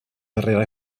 darrera